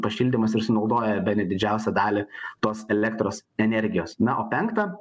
pašildymas ir sunaudoja bene didžiausią dalį tos elektros energijos na o penkta